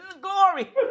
glory